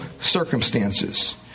circumstances